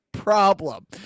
problem